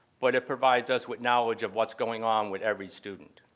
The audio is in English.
but it provides us with knowledge of what's going on with every student.